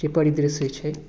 के परिवेश छै